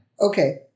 Okay